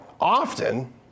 often